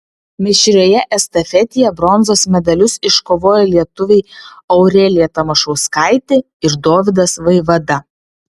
mišrioje estafetėje bronzos medalius iškovojo lietuviai aurelija tamašauskaitė ir dovydas vaivada